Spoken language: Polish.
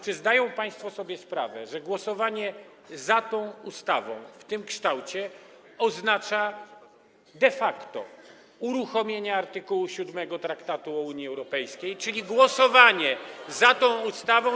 Czy zdają państwo sobie sprawę, że głosowanie za tą ustawą w tym kształcie oznacza de facto uruchomienie art. 7 Traktatu o Unii Europejskiej, czyli głosowanie za tą ustawą.